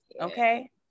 okay